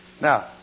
Now